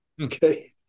Okay